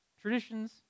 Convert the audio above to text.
Traditions